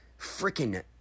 freaking